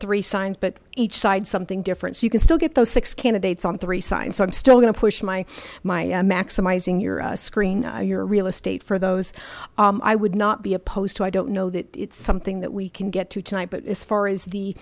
three signs but each side something different so you can still get those six candidates on three sides so i'm still going to push my my maximizing your screen your real estate for those i would not be opposed to i don't know that it's something that we can get to tonight but as far as the